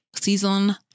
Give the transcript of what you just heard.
Season